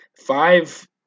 Five